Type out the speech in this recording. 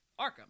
Arkham